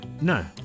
No